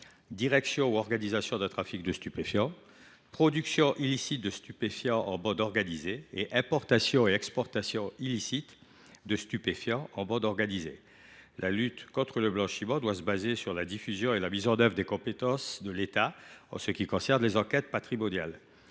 direction ou organisation de trafic de stupéfiants ; production illicite de stupéfiants en bande organisée ; importation et exportation illicite de stupéfiants en bande organisée. La lutte contre le blanchiment doit se fonder sur la diffusion et la mise en œuvre des compétences de l’État des enquêtes patrimoniales.